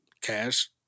Cash